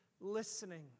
listening